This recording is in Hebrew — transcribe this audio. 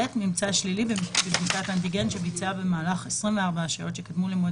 (ב) ממצא שלילי בבדיקת אנטיגן שביצע במהלך 24 השעות שקדמו למועד